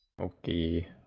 Okay